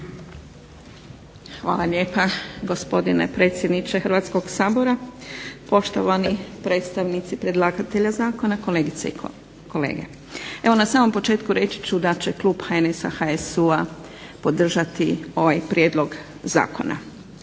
Hvala lijepa gospodine predsjedniče Hrvatskog sabora, poštovani predstavnici Prijedloga zakona, kolegice i kolege. Evo na samom početku reći ću da će Klub HNS HSU podržati ovaj Prijedlog zakona.